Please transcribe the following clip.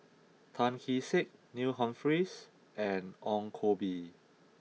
Tan Kee Sek Neil Humphreys and Ong Koh Bee